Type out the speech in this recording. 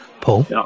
Paul